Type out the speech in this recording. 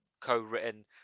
co-written